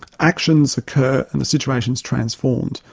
actions occur and the situation is transformed.